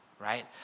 right